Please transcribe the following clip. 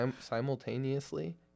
simultaneously